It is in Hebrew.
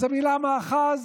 אז המילה "מאחז"